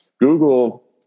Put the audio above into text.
Google